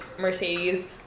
Mercedes